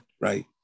Right